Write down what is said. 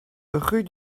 rue